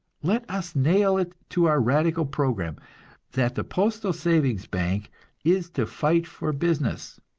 let us nail it to our radical program that the postal savings bank is to fight for business,